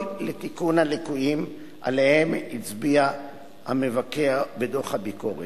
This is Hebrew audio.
לתיקון הליקויים שעליהם הצביע המבקר בדוח הביקורת.